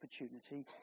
opportunity